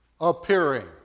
appearing